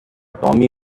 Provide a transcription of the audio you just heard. tommy